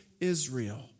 Israel